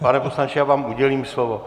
Pane poslanče, já vám udělím slovo.